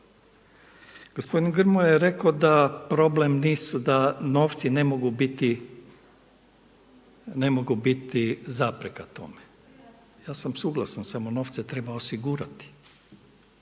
Gospodin Grmoja je rekao da novci ne mogu biti zapreka tome. Ja sam suglasan, samo novce treba osigurati.